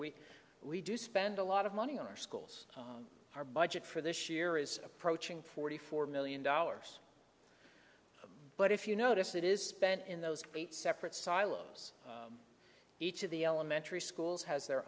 we we do spend a lot of money on our schools our budget for this year is approaching forty four million dollars but if you notice it is spent in those eight separate silos each of the elementary schools has their